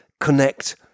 connect